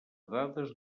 dades